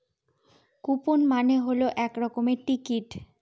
coupon মানে হল এক রকমের টিকিট